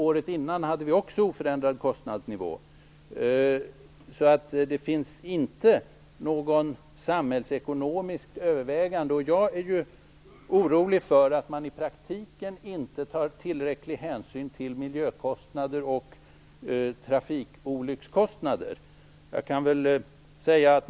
Året innan hade vi också oförändrad kostnadsnivå. Det finns alltså inte något samhällsekonomiskt övervägande här. Jag är orolig för att man i praktiken inte tar tillräcklig hänsyn till miljökostnader och trafikolyckskostnader.